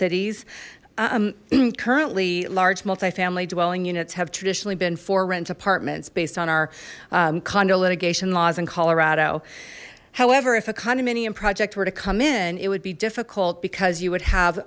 cities i'm currently large multifamily dwelling units have traditionally been for rent apartments based on our condo litigation laws in colorado however if a condominium project were to come in it would be difficult because you would